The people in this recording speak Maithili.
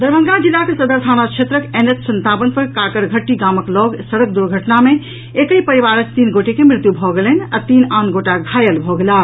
दरभंगा जिलाक सदर थाना क्षेत्रक एनएच सत्तावन पर काकरघट्टी गामक लऽग सड़क दुर्घटना मे एकहि परिवारक तीन गोटे के मृत्यु भऽ गेलनि आ तीन आन गोटा घायल भऽ गेलाह